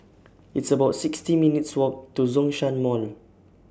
It's about sixty minutes' Walk to Zhongshan Mall